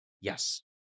yes